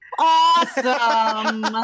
Awesome